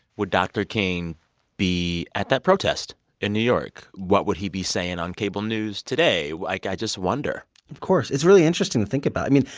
would dr. king be at that protest in new york? what would he be saying on cable news today? like i just wonder of course. it's really interesting to think about. i mean,